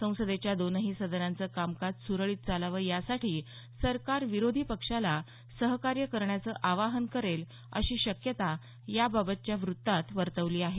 संसदेच्या दोन्ही सदनांचं कामकाज सुरळीत चालावं यासाठी सरकार विरोधी पक्षाला सहकार्य करण्याचं आवाहन करेल अशी शक्यता याबाबतच्या वृत्तात वर्तवली आहे